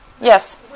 Yes